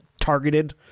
targeted